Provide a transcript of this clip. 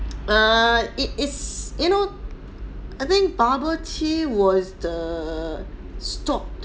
err it is you know I think bubble tea was the stopped